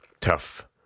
tough